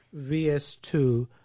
VS2